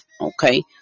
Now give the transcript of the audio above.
okay